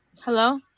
Hello